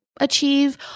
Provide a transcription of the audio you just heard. achieve